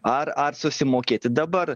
ar ar susimokėti dabar